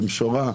במשורה.